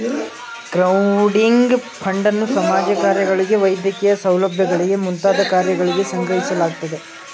crowding ಫಂಡನ್ನು ಸಮಾಜ ಕಾರ್ಯಗಳಿಗೆ ವೈದ್ಯಕೀಯ ಸೌಲಭ್ಯಗಳಿಗೆ ಮುಂತಾದ ಕಾರ್ಯಗಳಿಗೆ ಸಂಗ್ರಹಿಸಲಾಗುತ್ತದೆ